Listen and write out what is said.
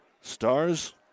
Stars